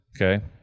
Okay